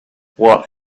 what